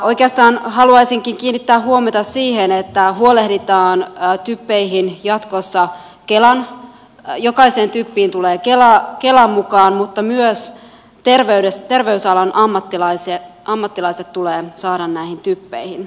oikeastaan haluaisinkin kiinnittää huomiota siihen että huolehditaan että jokaiseen typiin tulee kela mukaan mutta myös terveysalan ammattilaiset tulee saada näihin typeihin